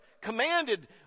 commanded